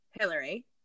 Hillary